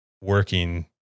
working